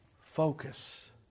focus